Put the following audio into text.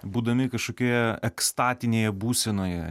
būdami kažkokioje ekstatinėje būsenoje